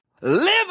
live